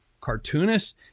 cartoonist